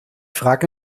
frage